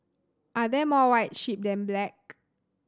are there more white sheep than black